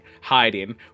hiding